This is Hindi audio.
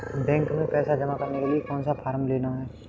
बैंक में पैसा जमा करने के लिए कौन सा फॉर्म लेना है?